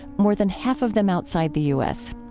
more than half of them outside the us.